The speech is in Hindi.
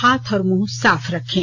हाथ और मुंह साफ रखें